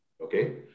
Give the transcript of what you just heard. okay